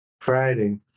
Friday